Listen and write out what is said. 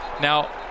Now